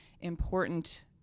important